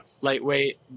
lightweight